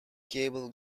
cable